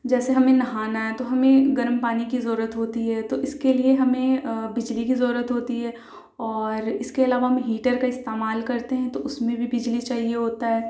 جیسے ہمیں نہانا ہے تو ہمیں گرم پانی کی ضرورت ہوتی ہے تو اس کے لیے ہمیں بجلی کی ضرورت ہوتی ہے اور اس کے علاوہ ہم ہیٹر کا استعمال کرتے ہیں تو اس میں بھی بجلی چاہیے ہوتا ہے